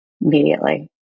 Immediately